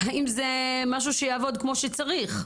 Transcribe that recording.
האם זה משהו שיעבוד כמו שצריך?